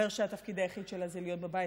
אומר שהתפקיד היחיד שלה זה להיות בבית,